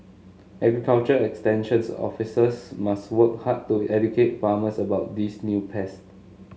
agriculture extension officers must work hard to educate farmers about these new pest